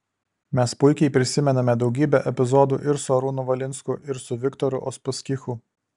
mes puikiai prisimename daugybę epizodų ir su arūnu valinsku ir su viktoru uspaskichu